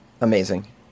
Amazing